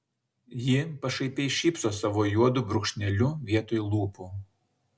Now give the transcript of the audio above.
ji pašaipiai šypso savo juodu brūkšneliu vietoj lūpų